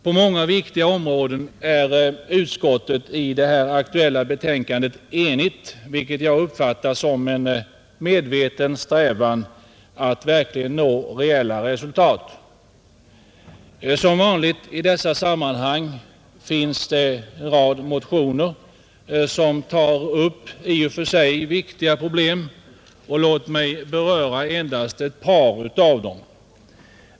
På många viktiga områden är utskottet i det här aktuella betänkandet enigt, vilket jag uppfattar som en medveten strävan att nå reella resultat. Som vanligt i dessa sammanhang finns det en rad motioner som tar upp i och för sig viktiga problem, Låt mig beröra endast ett par av dem.